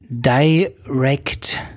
direct